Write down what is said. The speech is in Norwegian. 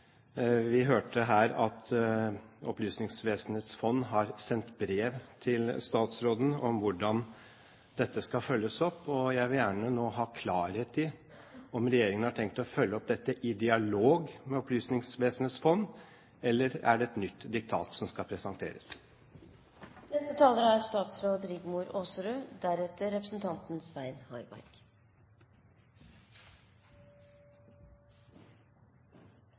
Vi hørte her at Opplysningsvesenets fond har sendt brev til statsråden om hvordan dette skal følges opp, og jeg vil gjerne nå ha klarhet i om regjeringen har tenkt å følge opp dette i dialog med Opplysningsvesenets fond. Eller er det et nytt diktat som skal presenteres?